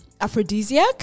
aphrodisiac